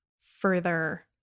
further